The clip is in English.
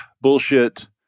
bullshit